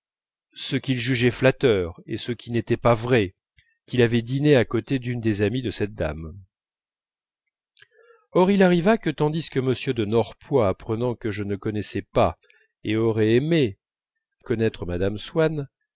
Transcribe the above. ce qu'il jugeait flatteur et ce qui n'était pas vrai qu'il avait dîné à côté d'une des amies de cette dame or il arriva que tandis que m de norpois apprenant que je ne connaissais pas et aurais aimé connaître mme swann